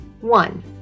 One